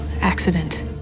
accident